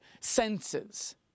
senses